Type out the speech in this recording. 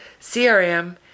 CRM